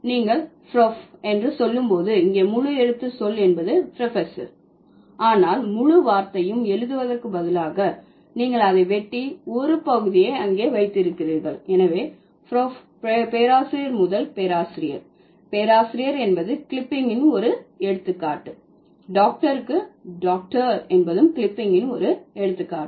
நீங்கள் prof என்று சொல்லும்போது இங்கே முழு எழுத்து சொல் என்பது p r o f e s s o r ஆனால் முழு வார்த்தையும் எழுதுவதற்கு பதிலாக நீங்கள் அதை வெட்டி ஒரு பகுதியை அங்கே வைத்திருக்கிறீர்கள் எனவே Prof பேராசிரியர் முதல் பேராசிரியர் பேராசிரியர் என்பது கிளிப்பிங்கின் ஒரு எடுத்துக்காட்டு டாக்டருக்கு டாக்டர் என்பதும் கிளிப்பிங்கின் ஒரு எடுத்துக்காட்டு